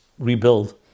rebuild